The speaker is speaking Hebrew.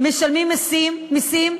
משלמים מסים,